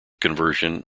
conversion